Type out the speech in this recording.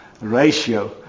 ratio